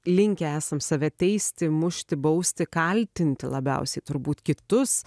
linkę esam save teisti mušti bausti kaltinti labiausiai turbūt kitus